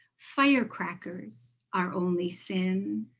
firecrackers our only sin.